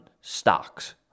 stocks